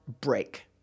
break